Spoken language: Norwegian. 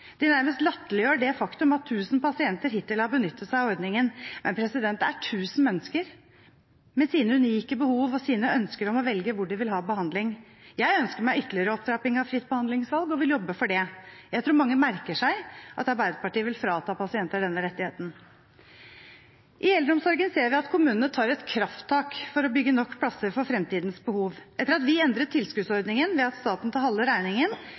De nærmest latterliggjør det faktum at 1 000 pasienter hittil har benyttet seg av ordningen – men det er 1 000 mennesker, med sine unike behov og sine ønsker om å velge hvor de vil ha behandling. Jeg ønsker meg ytterligere opptrapping av fritt behandlingsvalg og vil jobbe for det. Jeg tror mange merker seg at Arbeiderpartiet vil frata pasienter denne rettigheten. I eldreomsorgen ser vi at kommunene tar et krafttak for å bygge nok plasser for fremtidens behov. Etter at vi endret tilskuddsordningen, ved at staten tar halve regningen,